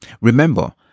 remember